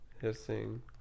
Hissing